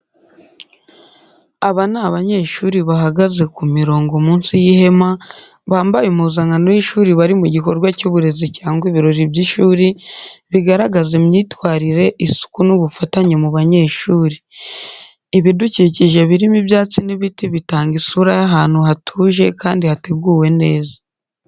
Aba ni abanyeshuri bahagaze ku mirongo munsi y’ihema, bambaye impuzankano y’ishuri bari mu gikorwa cy’uburezi cyangwa ibirori by’ishuri, bigaragaza imyitwarire, isuku n’ubufatanye mu banyeshuri. Ibidukikije birimo ibyatsi n’ibiti bitanga isura y’ahantu hatuje kandi hateguwe neza.